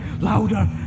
louder